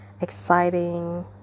exciting